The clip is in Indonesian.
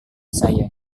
saya